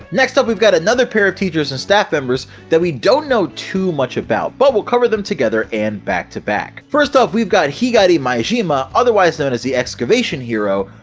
next up we've got another pair of teachers and staff members that we don't know too much about, but we'll cover them together and back to back! first off we've got higari maijima, otherwise known as the excavation hero,